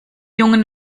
jungen